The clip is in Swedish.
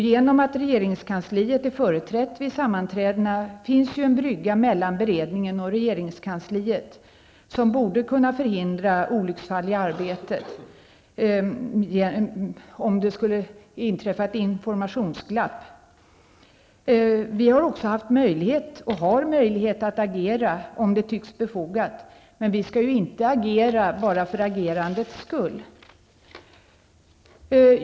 Genom att regeringskansliet är företrätt vid sammanträdena finns det ju en brygga mellan beredningen och regeringskansliet som borde kunna förhindra olycksfall i arbetet om det skulle inträffa ett informationsglapp. Vi har också haft möjlighet, och har möjlighet, att agera om det är befogat. Men vi skall ju inte agera bara för agerandets skull.